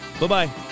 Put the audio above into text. Bye-bye